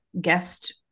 guest